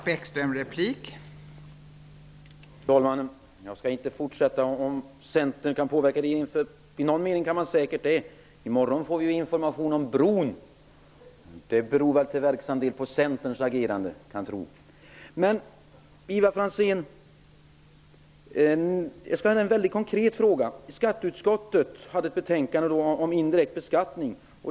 Fru talman! Jag skall inte fortsätta debatten om Centern kan påverka regeringen eller ej. I någon mening kan man säkert det. I morgon får vi information om Öresundsbron. Det är prov på Till Ivar Franzén skall jag ställa en konkret fråga. Skatteutskottet hade att behandla en fråga om indirekt beskattning.